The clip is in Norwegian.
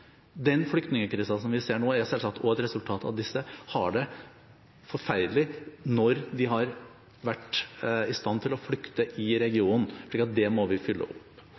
Den flyktningkrisen vi ser nå, er selvsagt et resultat av at disse har det forferdelig – når de har vært i stand til å flykte i regionen. Så dette må vi fylle opp.